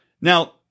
Now